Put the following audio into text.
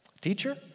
Teacher